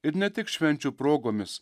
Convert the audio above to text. ir ne tik švenčių progomis